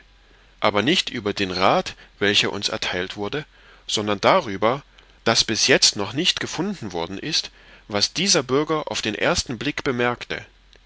aber nicht über den rath welcher uns ertheilt wurde sondern darüber daß bis jetzt noch nicht gefunden worden ist was dieser bürger auf den ersten blick bemerkte